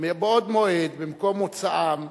מבעוד מועד במקום מוצאם,